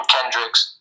Kendricks